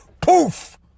poof